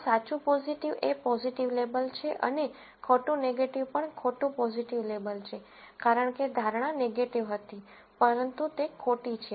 તો સાચું પોઝીટિવ એ પોઝીટિવ લેબલ છે અને ખોટું નેગેટીવ પણ ખોટું પોઝીટિવ લેબલ છે કારણ કે ધારણા નેગેટીવ હતી પરંતુ તે ખોટી છે